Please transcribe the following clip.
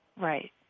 Right